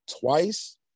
twice